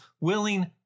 willing